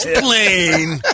plane